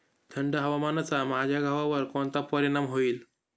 थंड हवामानाचा माझ्या गव्हावर कोणता परिणाम होईल?